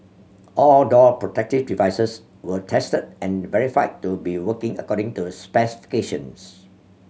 all door protective devices were tested and verified to be working according to specifications